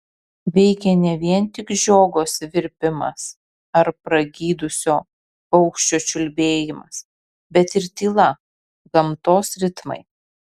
veikė ne vien tik žiogo svirpimas ar pragydusio paukščio čiulbėjimas bet ir tyla gamtos ritmai